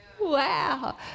Wow